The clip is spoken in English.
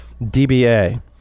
DBA